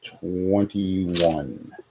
twenty-one